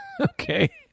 okay